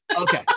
Okay